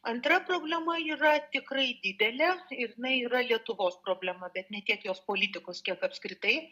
antra problema yra tikrai didelė ir jinai yra lietuvos problema bet ne tiek jos politikos kiek apskritai